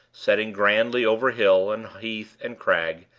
setting grandly over hill, and heath, and crag,